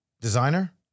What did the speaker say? designer